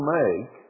make